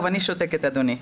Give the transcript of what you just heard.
טוב, אני שותקת, אדוני.